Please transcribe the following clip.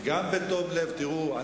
גם בתום לב אנחנו תראו,